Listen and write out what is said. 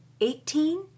eighteen